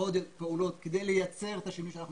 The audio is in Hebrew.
עוד פעולות כדי לייצר את השינוי שאנחנו